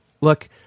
Look